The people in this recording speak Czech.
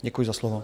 Děkuji za slovo.